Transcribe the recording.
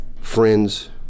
friends